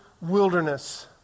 wilderness